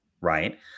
right